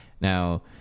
Now